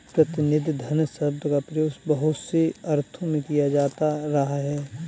प्रतिनिधि धन शब्द का प्रयोग बहुत से अर्थों में किया जाता रहा है